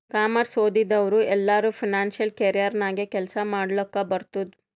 commerce ಓದಿದವ್ರು ಎಲ್ಲರೂ financial career ನಾಗೆ ಕೆಲ್ಸಾ ಮಾಡ್ಲಕ್ ಬರ್ತುದ್